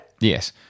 Yes